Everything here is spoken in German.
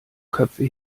köpfe